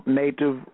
native